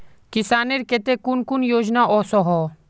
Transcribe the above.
किसानेर केते कुन कुन योजना ओसोहो?